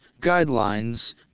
guidelines